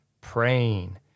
praying